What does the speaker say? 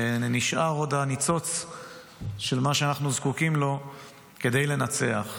שנשאר עוד הניצוץ של מה שאנחנו זקוקים לו כדי לנצח.